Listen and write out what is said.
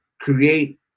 create